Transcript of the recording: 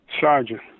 Sergeant